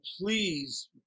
please